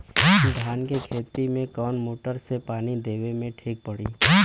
धान के खेती मे कवन मोटर से पानी देवे मे ठीक पड़ी?